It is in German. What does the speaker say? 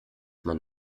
man